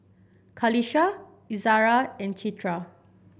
Qalisha Izzara and Citra